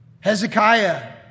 Hezekiah